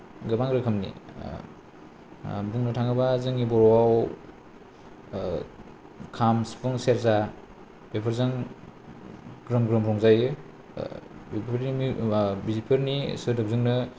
गोबां रोखोमनि बुंनो थाङोब्ला जोंनि बर'आव खाम सिफुं सेरजा बेफोरजों ग्रोम ग्रोम रंजायो बेफोरनि माबा बिफोरनि सोदोबजोंनो